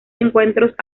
encuentros